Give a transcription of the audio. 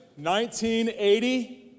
1980